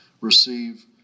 receive